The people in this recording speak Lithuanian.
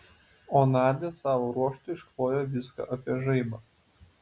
o nadia savo ruožtu išklojo viską apie žaibą